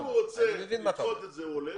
אם הוא רוצה, הוא עולה.